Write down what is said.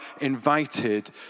invited